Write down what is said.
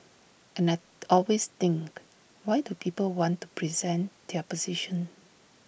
and I always think why do people want to present their position